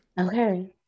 okay